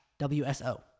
WSO